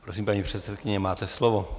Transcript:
Prosím, paní předsedkyně, máte slovo.